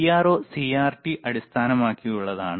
CRO CRT അടിസ്ഥാനമാക്കിയുള്ളതാണ്